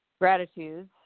gratitudes